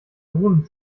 runen